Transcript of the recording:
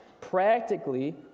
practically